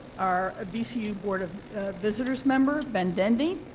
our vcu board of visitors member, ben dendy,